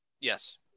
Yes